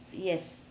yes